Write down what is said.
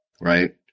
right